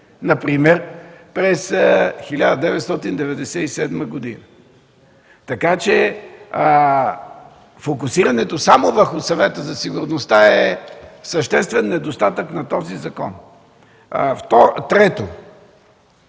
например през 1997 г. Така че фокусирането само върху Съвета по сигурността е съществен недостатък на този закон. Трето,